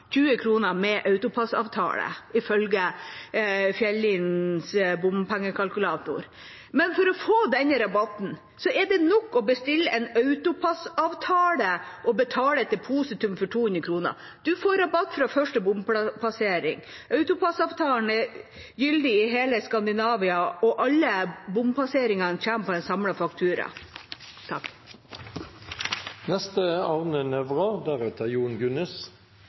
20 kr med AutoPASS-avtale, ifølge Fjellinjens bompengekalkulator. For å få denne rabatten er det nok å bestille en AutoPASS-avtale og betale et depositum på 200 kr. Man får rabatt fra første bompassering, AutoPASS-avtalen er gyldig i hele Skandinavia, og alle bompasseringene kommer på en samlet faktura.